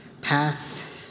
path